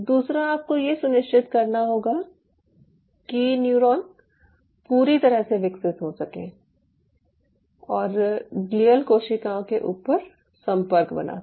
दूसरा आपको यह सुनिश्चित करना होगा कि न्यूरॉन पूरी तरह से विकसित हो सके और ग्लियल कोशिकाओं के ऊपर संपर्क बना सके